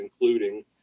including